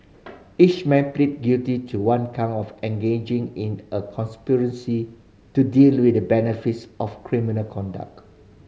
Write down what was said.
each man pleaded guilty to one count of engaging in a conspiracy to deal with the benefits of criminal conduct